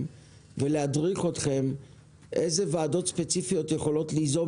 ולהדריך אתכם איזה ועדות ספציפיות יכולות ליזום